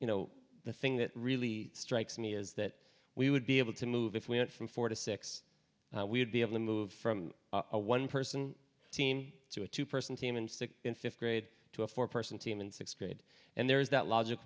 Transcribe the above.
you know the thing that really strikes me is that we would be able to move if we went from four to six we would be able to move from one person team to a two person team and in fifth grade to a four person team in sixth grade and there is that logic